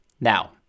Now